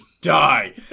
Die